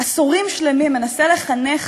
עשורים שלמים מנסה לחנך